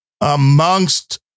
amongst